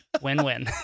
Win-win